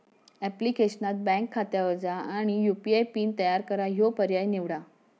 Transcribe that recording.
ऍप्लिकेशनात बँक खात्यावर जा आणि यू.पी.आय पिन तयार करा ह्यो पर्याय निवडा